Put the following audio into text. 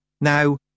Now